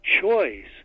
choice